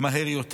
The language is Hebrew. מהר יותר.